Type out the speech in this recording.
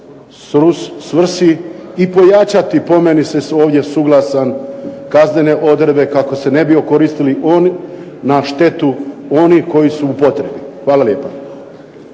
služio svrsi i pojačati po meni se ovdje suglasan kaznene odredbe kako se ne bi okoristili oni na štetu onih koji su u potrebi. Hvala lijepo.